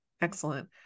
Excellent